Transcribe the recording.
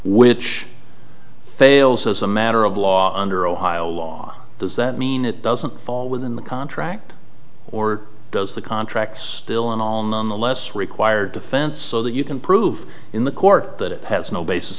which fails as a matter of law under ohio law does that mean it doesn't fall within the contract or does the contract still in all nonetheless require defense so that you can prove in the court that it has no basis